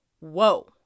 Whoa